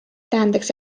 tähendaks